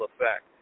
effect